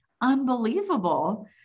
unbelievable